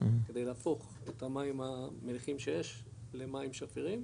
כדי להפוך את המים המליחים שיש למים שפירים.